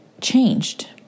changed